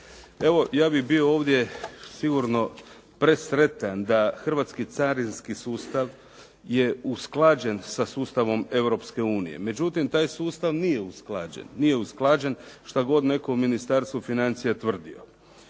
Evo, ja bih bio ovdje sigurno presretan da hrvatski carinski sustav je usklađen sa sustavom Europske unije. Međutim, taj sustav nije usklađen, što god neko Ministarstvo financija tvrdilo.